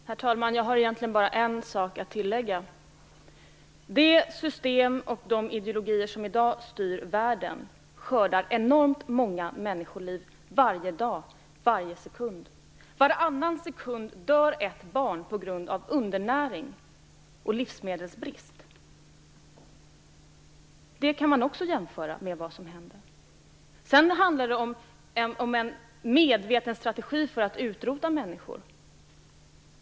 Herr talman! Jag har egentligen bara en sak att tillägga. Det system och de ideologier som i dag styr världen skördar enormt många människoliv varje dag, varje sekund. Varannan sekund dör ett barn på grund av undernäring och livsmedelsbrist. Det kan man också jämföra med vad som hände. Sedan talar vi också om något som är en medveten strategi för att utrota människor.